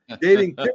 dating